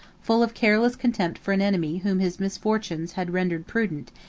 full of careless contempt for an enemy whom his misfortunes had rendered prudent,